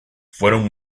fueron